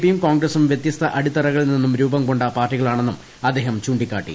പിയും ക്ടോൺഗ്രസും വ്യത്യസ്ത അടിത്തറകളിൽ നിന്നും രൂപം കൊണ്ട്ട് പാർട്ടികളാണെന്നും അദ്ദേഹം ചൂണ്ടിക്കാട്ടി